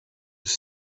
was